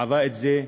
חווה את זה,